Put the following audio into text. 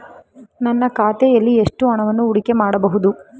ನನ್ನ ಖಾತೆಯಲ್ಲಿ ಎಷ್ಟು ಹಣವನ್ನು ಹೂಡಿಕೆ ಮಾಡಬಹುದು?